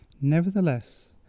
Nevertheless